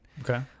Okay